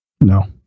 No